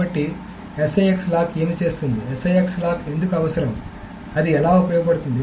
కాబట్టి SIX lock ఏమి చేస్తుంది SIX లాక్ ఎందుకు అవసరం అది ఎలా ఉపయోగపడుతుంది